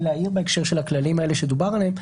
להעיר בהקשר של הכללים האלה שדובר עליהם.